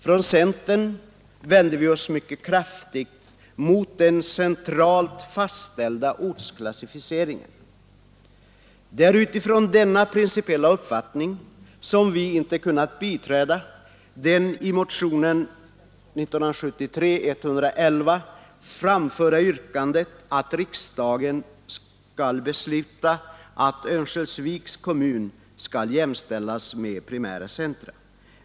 Från centerns sida vände vi oss mycket kraftigt mot den centralt fastställda ortsklassificeringen. Det är utifrån denna principiella uppfattning som vi inte har kunnat biträda det i motionen 1973:111 framförda yrkandet att riksdagen skall besluta att Örnsköldsviks kommun skall jämställas med primära centra.